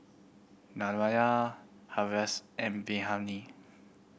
Naraina Haresh and Bilahari